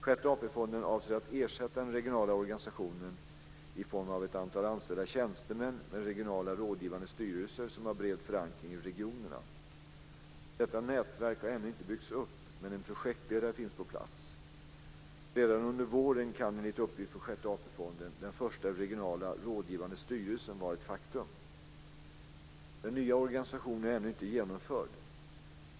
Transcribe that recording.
Sjätte AP-fonden avser att ersätta den regionala organisationen i form av ett antal anställda tjänstemän med regionala rådgivande styrelser som har bred förankring i regionerna. Detta nätverk har ännu inte byggts upp, men en projektledare finns på plats. Redan under våren kan, enligt uppgift från Sjätte AP fonden, den första regionala rådgivande styrelsen vara ett faktum. Den nya organisationen är ännu inte genomförd.